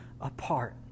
apart